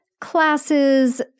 classes